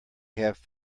have